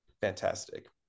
Fantastic